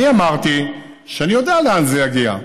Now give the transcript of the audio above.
אני אמרתי שאני יודע לאן זה יגיע,